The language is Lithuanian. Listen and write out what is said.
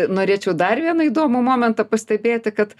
norėčiau dar vieną įdomų momentą pastebėti kad